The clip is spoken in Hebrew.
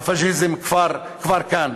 הפאשיזם כבר כאן.